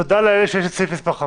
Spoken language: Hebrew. תודה לאל שיש את סעיף 5,